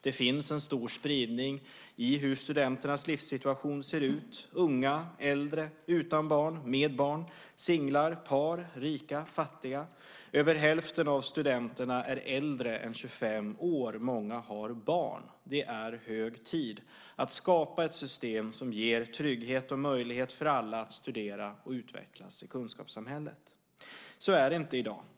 Det finns en stor spridning i hur studenternas livssituation ser ut - unga, äldre; utan barn, med barn; singlar, par; rika, fattiga. Över hälften av studenterna är äldre än 25 år, och många har barn. Det är hög tid att skapa ett system som ger trygghet och möjlighet för alla att studera och utvecklas i kunskapssamhället. Så är det inte i dag.